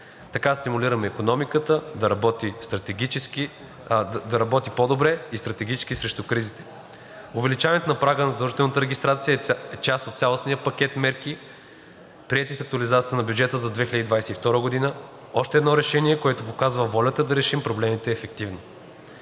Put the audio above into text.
Така стимулираме икономиката да работи по-добре и стратегически срещу кризите. Увеличаването на прага на задължителната регистрация е част от цялостния пакет мерки, приети с актуализацията на бюджета за 2022 г. – още едно решение, което показва волята да решим проблемите ефективно,